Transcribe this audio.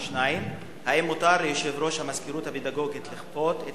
2. האם מותר ליושב-ראש המזכירות הפדגוגית לכפות את